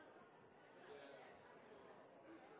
det ikke er